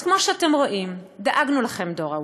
אז כמו שאתם רואים, דאגנו לכם, דור ה-y.